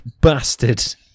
bastard